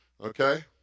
Okay